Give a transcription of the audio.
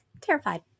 terrified